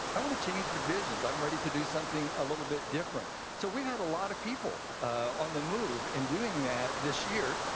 i want to change divisions, i'm ready to do something a little bit different. so we had a lot of people on the move and doing that this year,